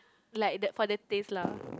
like the for the taste lah